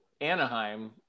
Anaheim